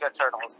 Turtles